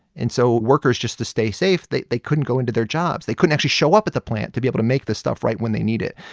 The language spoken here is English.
and so workers, just to stay safe they they couldn't go into their jobs. they couldn't actually show up at the plant to be able to make this stuff right when they need it.